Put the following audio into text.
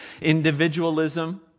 individualism